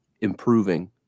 improving